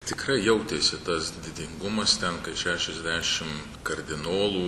tikrai jautėsi tas didingumas ten kai šešiasdešimt kardinolų